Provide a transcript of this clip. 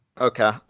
Okay